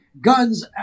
guns